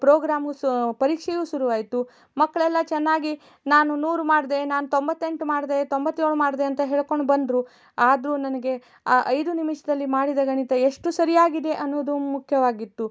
programme ಸು ಪರೀಕ್ಷೆಯು ಶುರುವಾಯ್ತು ಮಕ್ಕಳೆಲ್ಲ ಚೆನ್ನಾಗಿ ನಾನು ನೂರು ಮಾಡಿದೆ ನಾನು ತೊಂಬತ್ತೆಂಟು ಮಾಡಿದೆ ತೊಂಬತ್ತೇಳು ಮಾಡಿದೆ ಅಂತ ಹೇಳ್ಕೊಂಡು ಬಂದರು ಆದರೂ ನನಗೆ ಆ ಐದು ನಿಮಿಷದಲ್ಲಿ ಮಾಡಿದ ಗಣಿತ ಎಷ್ಟು ಸರಿಯಾಗಿದೆ ಅನ್ನುವುದು ಮುಖ್ಯವಾಗಿತ್ತು